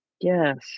Yes